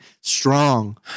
strong